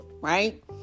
right